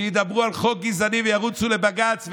שידברו על חוק גזעני וירוצו לבג"ץ,